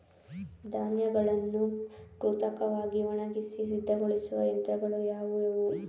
ಧಾನ್ಯಗಳನ್ನು ಕೃತಕವಾಗಿ ಒಣಗಿಸಿ ಸಿದ್ದಗೊಳಿಸುವ ಯಂತ್ರಗಳು ಯಾವುವು?